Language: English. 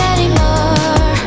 anymore